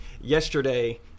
yesterday